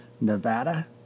Nevada